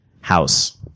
House